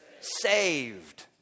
saved